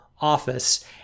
office